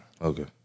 Okay